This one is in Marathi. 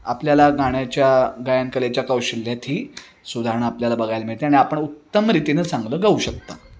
आपल्याला गाण्याच्या गायन कलेच्या कौशल्यात ही सुधारणा आपल्याला बघायला मिळते आणि आपण उत्तम रीतीनं चांगलं गाऊ शकता